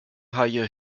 haie